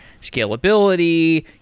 scalability